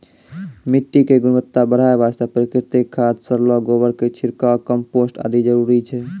मिट्टी के गुणवत्ता बढ़ाय वास्तॅ प्राकृतिक खाद, सड़लो गोबर के छिड़काव, कंपोस्ट आदि जरूरी छै